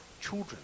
children